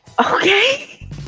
Okay